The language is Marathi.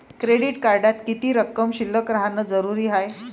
क्रेडिट कार्डात किती रक्कम शिल्लक राहानं जरुरी हाय?